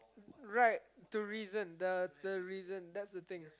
right to reason the the reason that's the thing